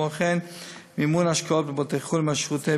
וכמו כן יש מימון השקעות בבתי-חולים של "שירותי